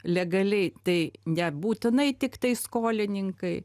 legaliai tai nebūtinai tiktai skolininkai